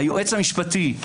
היועץ המשפטי,